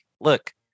Look